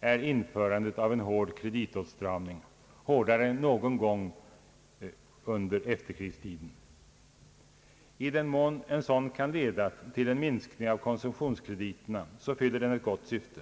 är införandet av en hård kreditåtstramning, hårdare än någon gång under efterkrigstiden, I den mån en sådan kan leda till en minskning av konsumtionskrediterna fyller den ett gott syfte.